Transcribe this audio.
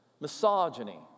Misogyny